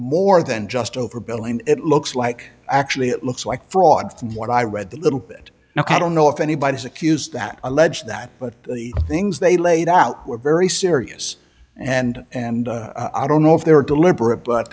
more than just overbilling it looks like actually it looks like fraud from what i read the little bit now i don't know if anybody's accused that alleged that but the things they laid out were very serious and and i don't know if they were deliberate but